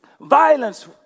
violence